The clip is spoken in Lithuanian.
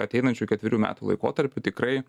ateinančiu ketverių metų laikotarpiu tikrai